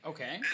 Okay